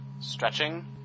Stretching